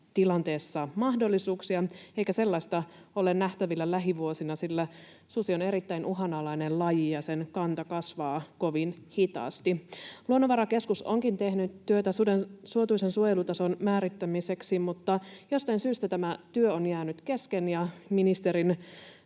tilanteessa mahdollisuuksia, eikä sellaista ole nähtävillä lähivuosina, sillä susi on erittäin uhanalainen laji ja sen kanta kasvaa kovin hitaasti. Luonnonvarakeskus onkin tehnyt työtä suden suotuisan suojelutason määrittämiseksi, mutta jostain syystä tämä työ on jäänyt kesken ja kenties